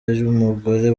y’umugore